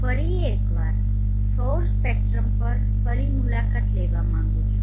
હું ફરી એકવાર સૌર સ્પેક્ટ્રમ પર ફરી મુલાકાત લેવા માંગુ છું